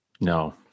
No